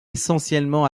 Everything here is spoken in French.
essentiellement